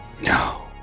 No